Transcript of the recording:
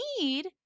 need